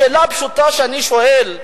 השאלה הפשוטה שאני שואל,